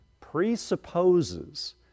presupposes